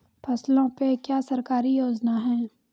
फसलों पे क्या सरकारी योजना है?